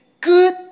good